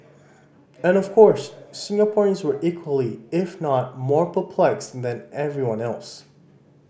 and of course Singaporeans were equally if not more perplexed than everyone else